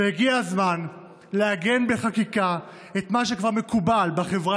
הגיע הזמן לעגן בחקיקה את מה שכבר מקובל בחברה